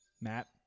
Matt